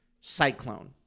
Cyclone